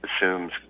assumes